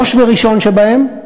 ראש וראשון שבהם,